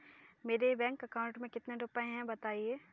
मेरे bank account में कितने रुपए हैं बताएँ?